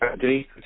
Denise